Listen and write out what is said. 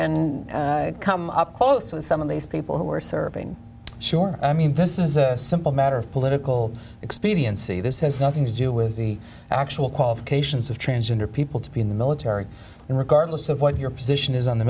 and come up close with some of these people who are serving sure i mean this is a simple matter of political expediency this has nothing to do with the actual qualifications of transgender people to be in the military and regardless of what your position is on the